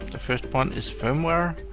the first one is firmware.